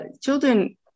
Children